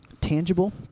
tangible